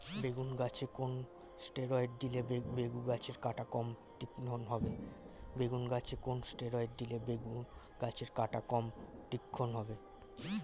বেগুন গাছে কোন ষ্টেরয়েড দিলে বেগু গাছের কাঁটা কম তীক্ষ্ন হবে?